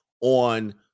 on